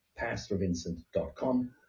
pastorvincent.com